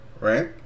right